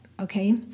okay